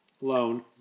Loan